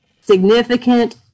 significant